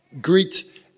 Greet